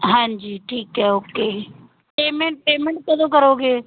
ਹਾਂਜੀ ਠੀਕ ਹੈ ਓਕੇ ਪੇਮੈਂਟ ਪੇਮੈਂਟ ਕਦੋਂ ਕਰੋਗੇ